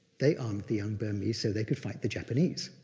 they armed the young burmese so they could fight the japanese.